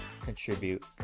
contribute